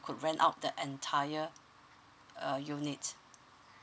could ran out the entire err unit